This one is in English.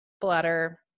bladder